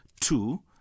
two